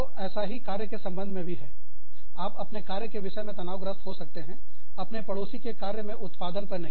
तो ऐसा ही कार्य के संबंध में भी है आप अपने कार्य के विषय में तनावग्रस्त हो सकते हैं अपने पड़ोसी के कार्य में उत्पादन पर नहीं